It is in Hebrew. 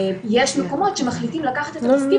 יש מקומות שמחליטים לקחת את התפקיד